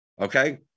okay